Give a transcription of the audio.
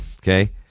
Okay